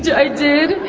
i did,